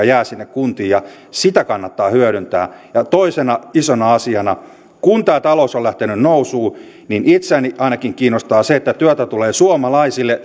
jää sinne kuntiin ja sitä kannattaa hyödyntää ja toisena isona asiana kun tämä talous on lähtenyt nousuun itseäni ainakin kiinnostaa se että työtä tulee suomalaisille